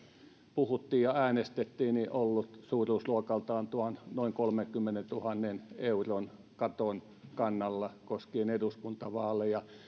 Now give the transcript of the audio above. puhuttiin ja äänestettiin ollut suuruusluokaltaan tuon noin kolmenkymmenentuhannen euron katon kannalla koskien eduskuntavaaleja